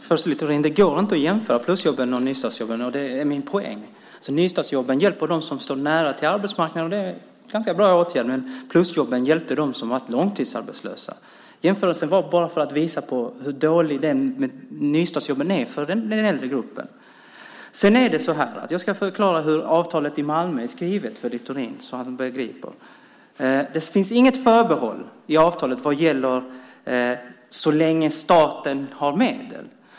Fru talman! Littorin! Det går inte att jämföra plusjobben och nystartsjobben. Det är min poäng. Nystartsjobben hjälper dem som står nära arbetsmarknaden, och det är en ganska bra åtgärd. Men plusjobben hjälpte dem som varit långtidsarbetslösa. Jämförelsen gjordes bara för att visa på hur dåliga nystartsjobben är för den äldre gruppen. Sedan ska jag förklara för Littorin hur avtalet i Malmö är skrivet, så att han begriper. Det finns inget förbehåll i avtalet så länge staten har medel.